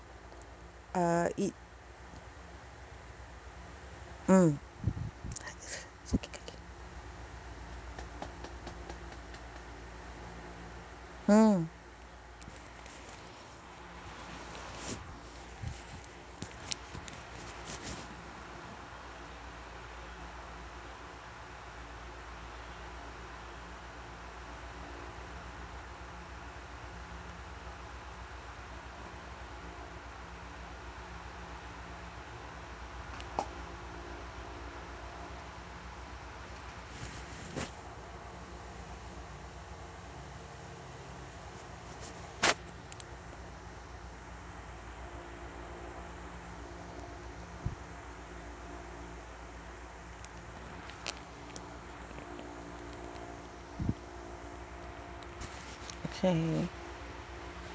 uh it mm aduh sakit kaki mm okay